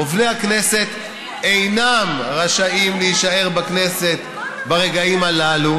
עובדי הכנסת אינם רשאים להישאר בכנסת ברגעים הללו,